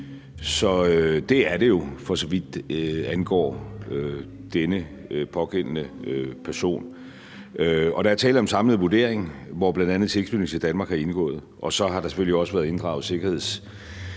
Så det er det jo, for så vidt angår den pågældende person. Og der er tale om en samlet vurdering, hvor bl.a. tilknytningen til Danmark har indgået, og så har der selvfølgelig også været inddraget sikkerhedsmæssige